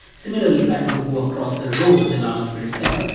similarly, if i want to go across the row to the last filled cell,